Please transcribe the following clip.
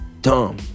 Dumb